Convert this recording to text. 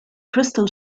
crystal